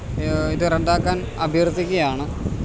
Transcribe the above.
ഇത് റദ്ദാക്കാൻ അഭ്യർത്ഥിക്കുകയാണ്